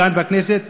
כאן בכנסת,